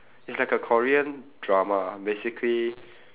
is like a korean drama basically